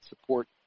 support